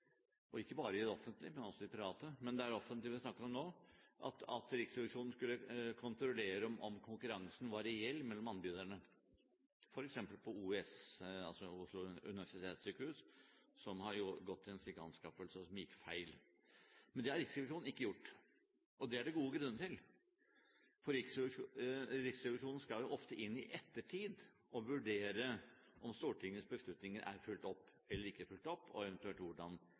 og ikke bare i det offentlige, men også i det private, men det er det offentlige vi snakker om nå – f.eks. ved Oslo universitetssykehus, som har gått til en slik anskaffelse som gikk skeis. Men det har Riksrevisjonen ikke gjort, og det er det gode grunner til, for Riksrevisjonen skal jo ofte inn i ettertid og vurdere om Stortingets beslutninger er fulgt opp, og eventuelt hvordan